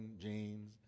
jeans